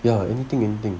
ya anything anything